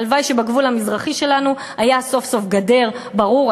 הלוואי שהייתה בגבול המזרחי שלנו סוף-סוף גדר ברורה,